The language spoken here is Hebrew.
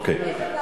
איזו ועדה?